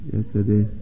Yesterday